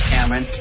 Cameron